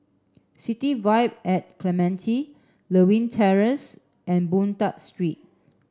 City Vibe at Clementi Lewin Terrace and Boon Tat Street